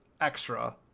extra